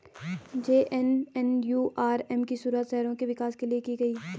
JNNURM की शुरुआत शहरों के विकास के लिए की गई थी